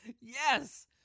Yes